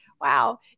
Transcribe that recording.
wow